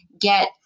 get